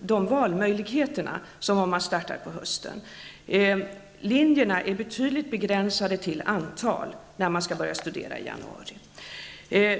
samma valmöjligheter som om man startar en utbildning på hösten. Det finns ett betydligt begränsat antal linjer att välja på när man börjar studera i januari.